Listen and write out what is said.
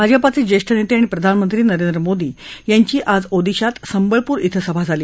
भाजपाचे ज्येष्ठ नेते आणि प्रधानमंत्री नरेंद्र मोदी यांची आज ओदिशात संबळपूर क्षे सभा झाली